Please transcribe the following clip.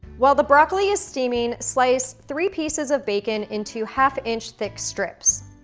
while the broccoli is steaming, slice three pieces of bacon into half inch thick strips.